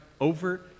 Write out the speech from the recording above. over